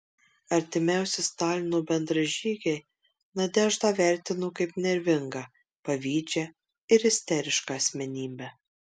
artimiausi stalino bendražygiai nadeždą vertino kaip nervingą pavydžią ir isterišką asmenybę